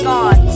God